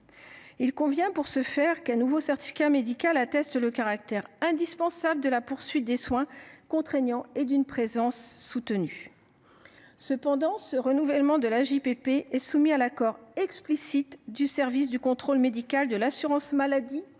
Il convient, pour ce faire, qu’un nouveau certificat médical atteste le caractère indispensable de la poursuite des soins contraignants et d’une présence soutenue. Néanmoins, le renouvellement de l’AJPP est soumis à l’accord explicite du service du contrôle médical de l’assurance maladie,